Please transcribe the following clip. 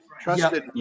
trusted